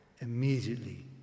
Immediately